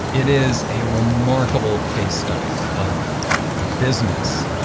it is a remarkable case study of business,